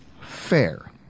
Fair